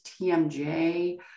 TMJ